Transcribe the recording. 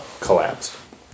collapsed